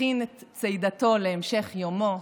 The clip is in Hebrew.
הכין את צידתו להמשך יומו,